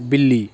बिल्ली